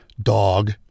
Dog